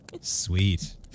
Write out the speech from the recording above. Sweet